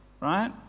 right